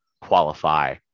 qualify